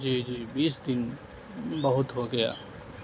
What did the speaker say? جی جی بیس دن بہت ہو گیا